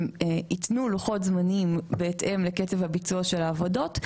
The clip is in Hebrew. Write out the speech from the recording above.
הם יתנו לוחות זמנים בהתאם לקצב הביצוע של העבודות,